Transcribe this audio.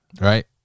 Right